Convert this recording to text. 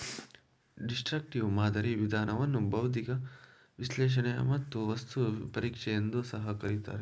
destructive ಮಾದರಿ ವಿಧಾನವನ್ನು ಬೌದ್ಧಿಕ ವಿಶ್ಲೇಷಣೆ ಮತ್ತು ವಸ್ತು ಪರೀಕ್ಷೆ ಎಂದು ಸಹ ಕರಿತಾರೆ